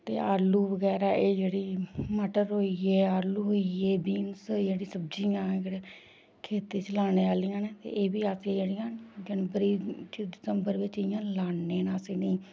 ते आलू बगैरा एह् जेह्ड़ी मटर होई गे आलू होई गे बीन्स जेह्ड़ी सब्ज़ियां खेती च लाने आह्लियां न ते एह् बी अग्गें जेह्ड़ियां न जनबरी च दिसंबर बिच्च इयां लान्ने अस इनेंगी